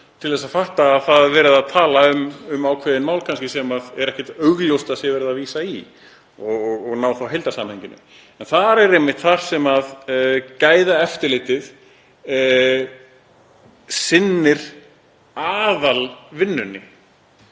til að fatta að verið er að tala um ákveðin mál sem er ekkert augljóst að verið sé að vísa í og ná þá heildarsamhenginu. En þar er einmitt þar sem gæðaeftirlitið sinnir aðalvinnunni,